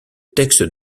texte